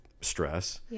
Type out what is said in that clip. stress